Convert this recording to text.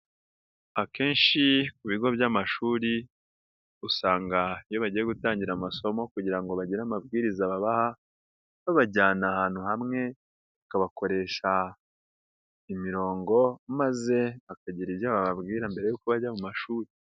Akenshi ku bigo by'amashuri usanga iyo bagiye gutangira amasomo kugira ngo bagire amabwiriza babaha, babajyana ahantu hamwe bakabakoresha imirongo maze bakagira ibyo bababwira mbere yuko bajya mu mashuri.